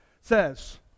says